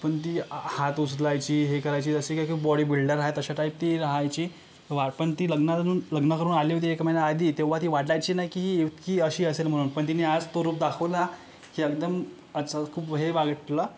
पण ती हात उचलायची हे करायची जसं काही की बॉडीबिल्डर आहे तशा टाईप ती रहायची वा पण ती लग्नाधरून लग्न करून आली होती एक महिना आधी तेव्हा ती वाटायची नाही की ही इतकी अशी असेल म्हणून पण तिने आज तो रूप दाखवला की एकदम असं खूप हे वाटलं